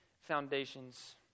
foundations